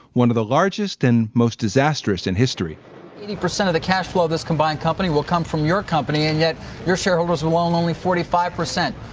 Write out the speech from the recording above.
one of the largest and most disastrous in history eighty percent of the cash flow, this combined company will come from your company and yet your shareholders, while only forty five percent.